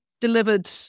delivered